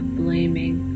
blaming